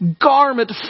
Garment